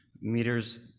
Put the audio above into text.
meters